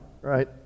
right